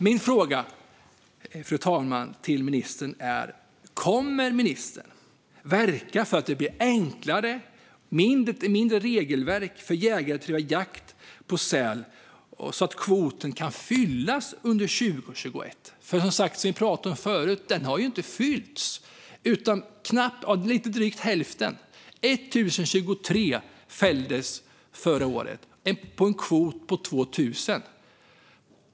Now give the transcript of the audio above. Min fråga till ministern är, fru talman: Kommer ministern att verka för ett enklare och mindre regelverk för jägare för jakt på säl så att kvoten kan fyllas under 2021? Som vi pratade om förut har den alltså inte fyllts mer än till lite drygt hälften. Förra året fälldes 1 023 sälar av en kvot på 2 000.